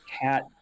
Cat